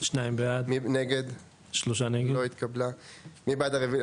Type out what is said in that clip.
הצבעה בעד, 2 נגד, 3 נמנעים, 0